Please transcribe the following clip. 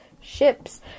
ships